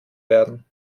werden